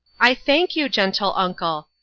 i thank you, gentle uncle.